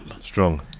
Strong